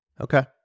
Okay